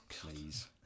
Please